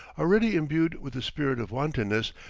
already imbued with the spirit of wantonness,